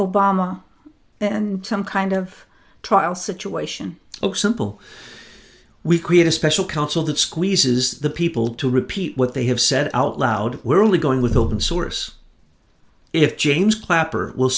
obama and some kind of trial situation oh simple we create a special counsel that squeezes the people to repeat what they have said out loud we're only going with open source if james clapper w